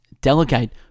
Delegate